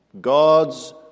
God's